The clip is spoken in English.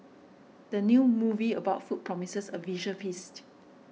the new movie about food promises a visual feast